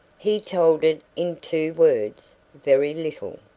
he told it in two words very little.